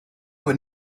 were